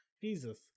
Jesus